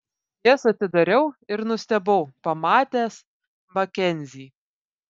jas atidariau ir nustebau pamatęs makenzį